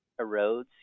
erodes